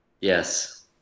yes